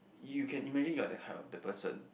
you can imagine you are that kind of that person